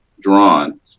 drawn